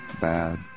bad